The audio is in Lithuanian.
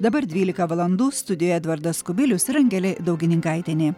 dabar dvylika valandų studijoje edvardas kubilius ir angelė daugininkaitienė